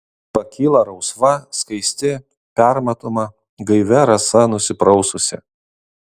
pakyla rausva skaisti permatoma gaivia rasa nusipraususi